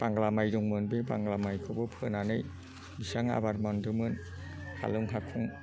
बांला माइ दंमोन बे बांला माइखौबो फोनानै बिसिबां आबाद मोनदोंमोन खालुं खाथुं